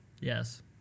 Yes